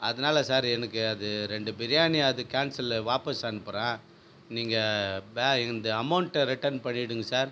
அதனால் சார் எனக்கு அது ரெண்டு பிரியாணி அது கேன்சல் வாபஸ் அனுப்புகிறேன் நீங்கள் ப இந்த அமௌண்டை ரிட்டன் பண்ணிவிடுங்க சார்